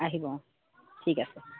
আহিব অঁ ঠিক আছে